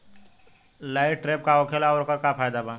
Light trap का होखेला आउर ओकर का फाइदा बा?